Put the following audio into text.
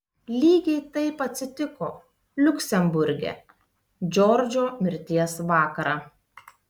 lygiai taip atsitiko liuksemburge džordžo mirties vakarą